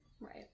Right